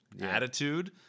attitude